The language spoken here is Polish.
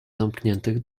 zamkniętych